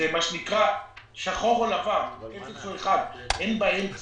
זה שחור או לבן, 0 או 1, אין באמצע.